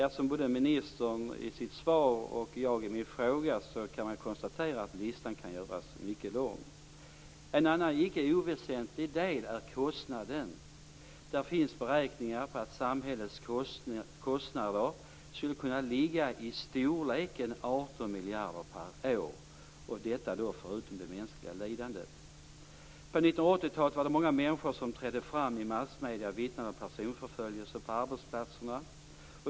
Liksom både ministern i sitt svar och jag i min fråga kan man konstatera att listan kan göras mycket lång. En annan icke oväsentlig del är kostnaden. Det finns beräkningar på att samhällets kostnader skulle kunna ligga i storleksordningen 18 miljarder kronor per år - detta då förutom det mänskliga lidandet. På 1980-talet var det många människor som trädde fram i massmedierna och vittnade om personförföljelser på arbetsplatserna.